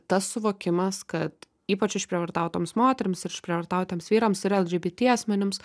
tas suvokimas kad ypač išprievartautoms moterims ir išprievartautiems vyrams ir lgbt asmenims